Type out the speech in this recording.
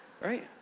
Right